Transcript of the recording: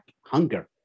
hunger